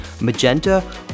magenta